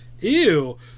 Ew